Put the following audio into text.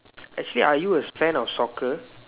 actually are you a fan of soccer